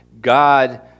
God